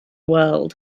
world